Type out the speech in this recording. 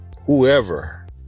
whoever